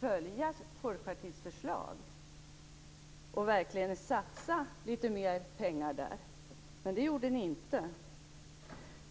följa Folkpartiets förslag och verkligen satsa litet mer pengar där. Men det gjorde ni inte.